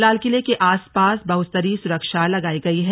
लाल किले के आसपास बहुस्तरीय सुरक्षा लगाई गई है